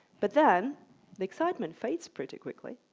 but then the excitement fades pretty quickly,